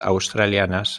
australianas